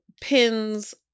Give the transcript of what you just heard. pins